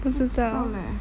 不知道 leh